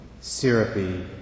syrupy